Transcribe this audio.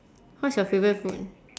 what's your favourite food